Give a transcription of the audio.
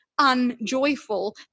unjoyful